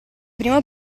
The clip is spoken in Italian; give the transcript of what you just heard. primo